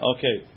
Okay